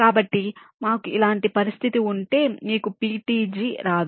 కాబట్టి మాకు ఇలాంటి పరిస్థితి ఉంటే మీకు PTG రాదు